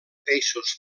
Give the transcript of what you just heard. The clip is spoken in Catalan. peixos